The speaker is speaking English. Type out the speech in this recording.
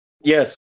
Yes